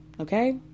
Okay